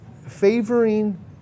favoring